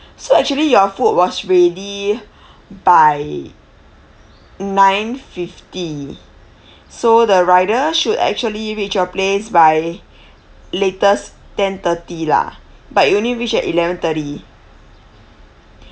so actually your food was ready by nine fifty so the rider should actually reach your place by latest ten thirty lah but it only reached at eleven thirty